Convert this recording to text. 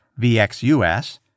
VXUS